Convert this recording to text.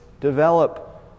develop